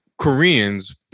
koreans